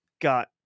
got